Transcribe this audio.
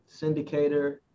syndicator